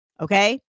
Okay